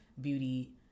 beauty